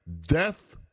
death